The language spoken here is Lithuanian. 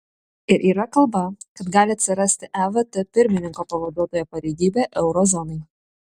ir yra kalba kad gali atsirasti evt pirmininko pavaduotojo pareigybė euro zonai